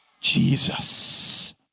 Jesus